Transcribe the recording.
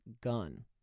gun